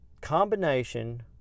combination